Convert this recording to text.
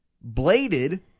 bladed